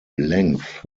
length